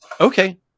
Okay